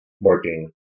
working